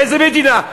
באיזו מדינה?